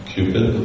Cupid